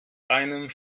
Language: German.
einem